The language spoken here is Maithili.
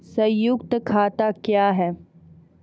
संयुक्त खाता क्या हैं?